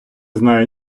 знає